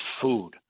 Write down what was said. food